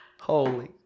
Holy